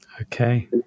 Okay